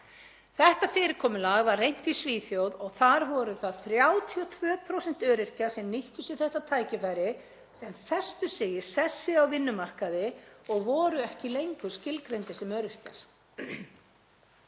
Þetta fyrirkomulag var reynt í Svíþjóð og þar voru það 32% öryrkja sem nýttu sér þetta tækifæri, þeir festu sig í sessi á vinnumarkaði og voru ekki lengur skilgreindir sem öryrkjar.